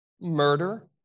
murder